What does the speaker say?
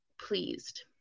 pleased